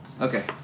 okay